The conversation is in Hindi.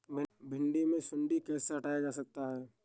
भिंडी से सुंडी कैसे हटाया जा सकता है?